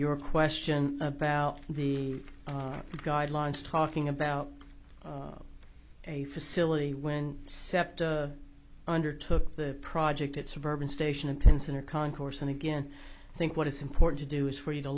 your question about the guidelines talking about a facility when septa undertook the project at suburban station in pinson or concourse and again i think what is important to do is for you to